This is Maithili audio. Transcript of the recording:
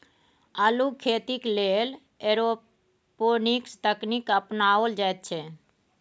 अल्लुक खेती लेल एरोपोनिक्स तकनीक अपनाओल जाइत छै